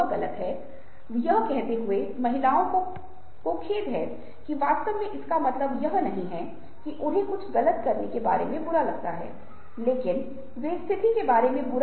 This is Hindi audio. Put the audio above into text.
ये वैज्ञानिक रूप से सिद्ध हो चुके हैं और आप पाते हैं कि इसमें से बहुत कुछ हमारी अपनी परंपरा से लिया गया है और हमें इसकी खोज करने की आवश्यकता है